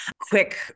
Quick